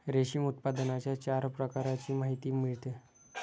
रेशीम उत्पादनाच्या चार प्रकारांची माहिती मिळते